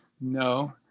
no